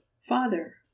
father